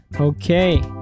okay